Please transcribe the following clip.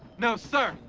no, sir.